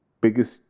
Biggest